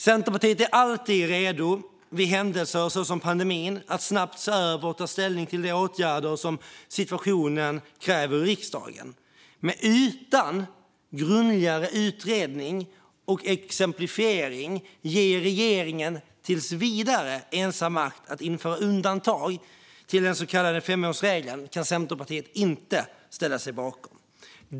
Centerpartiet är alltid redo vid händelser som pandemin att snabbt se över och ta ställning till de åtgärder som situationen kräver i riksdagen, men att utan grundligare utredning och exemplifiering tills vidare ge regeringen ensam makt att införa undantag från den så kallade femårsregeln kan Centerpartiet inte ställa sig bakom.